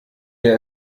der